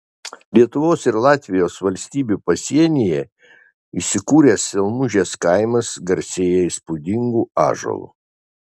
lietuvos ir latvijos valstybių pasienyje įsikūręs stelmužės kaimas garsėja įspūdingu ąžuolu